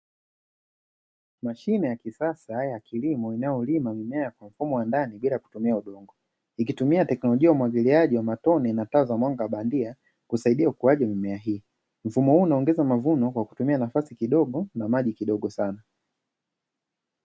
Mashine ya kisasa ya kilimo inayolima mimea kwa mfumo wa ndani bila kutumia udongo ikitumia teknolojia ya umwagiliaji wa matone na taa za bandia kusaidia ukuaji wa mimea hii. Mfumo huu unongeza mavuno kwa kutumia nafasi kidogo na maji kidogo sana.